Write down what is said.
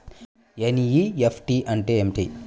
NEFT అంటే ఏమిటి?